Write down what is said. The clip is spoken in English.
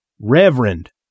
Reverend